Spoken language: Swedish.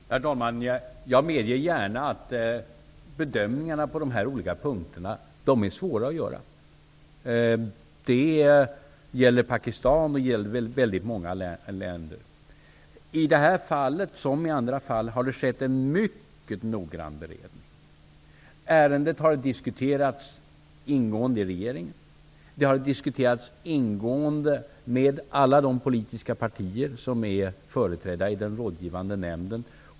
Herr talman! Jag medger gärna att bedömningarna på de här olika punkterna är svåra att göra. Det gäller Pakistan och väldigt många andra länder. I det här fallet, liksom i andra fall, har det skett en mycket noggrann beredning. Ärendet har diskuterats ingående i regeringen. Det har diskuterats ingående med alla politiska partier som är företrädda i den rådgivande nämnden.